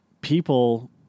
people